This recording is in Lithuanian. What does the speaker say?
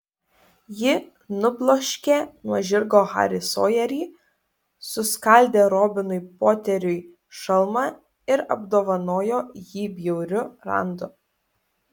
ji nubloškė nuo žirgo harį sojerį suskaldė robinui poteriui šalmą ir apdovanojo jį bjauriu randu